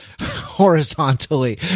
horizontally